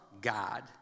God